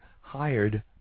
hired